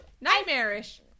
Nightmarish